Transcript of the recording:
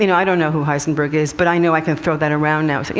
you know i don't know who heisenberg is, but i know i can throw that around now. you